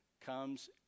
comes